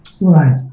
Right